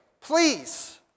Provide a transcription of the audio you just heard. please